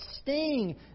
sting